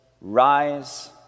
rise